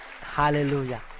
Hallelujah